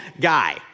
guy